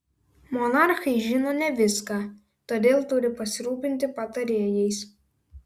monarchai žino ne viską todėl turi pasirūpinti patarėjais